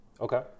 Okay